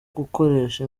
gukoresha